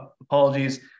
apologies